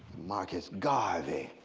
marcus garvey.